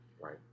right